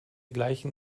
gleichen